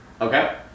Okay